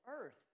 earth